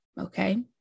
Okay